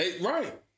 Right